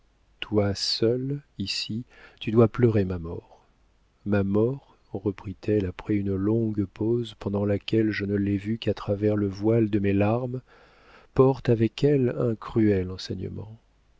toi seule ici tu dois pleurer ma mort ma mort reprit-elle après une longue pause pendant laquelle je ne l'ai vue qu'à travers le voile de mes larmes porte avec elle un cruel